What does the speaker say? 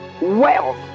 wealth